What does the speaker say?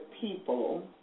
people